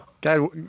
God